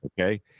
Okay